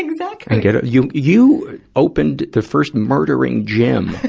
exactly. and get a you, you opened the first murdering gym,